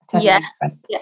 Yes